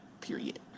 period